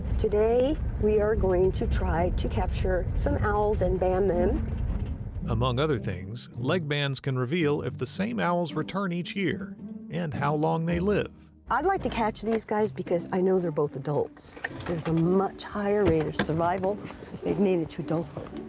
today we are going to try to capture some owls and band them. narrator among other things, leg bands can reveal if the same owls return each year and how long they live. i'd like to capture these guys because i know they're both adults. there's a much higher rate of survival made it to adulthood.